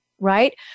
Right